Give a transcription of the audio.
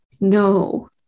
No